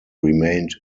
remained